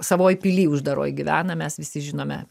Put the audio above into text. savoj pily uždaroj gyvenam mes visi žinome